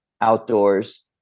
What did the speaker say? outdoors